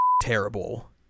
terrible